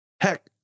Heck